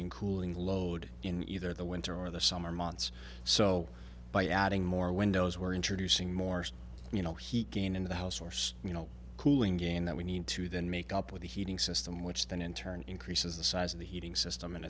and cooling load in either the winter or the summer months so by adding more windows we're introducing more you know he can in the house source you know cooling again that we need to then make up with the heating system which then in turn increases the size of the heating system